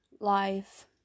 life